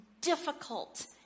difficult